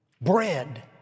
bread